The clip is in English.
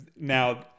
Now